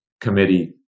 committee